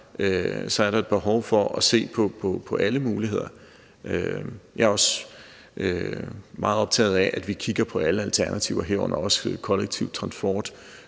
er der et behov for at se på alle muligheder. Jeg er også meget optaget af, at vi kigger på alle alternativer, herunder også kollektiv transport